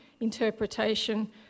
interpretation